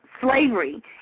slavery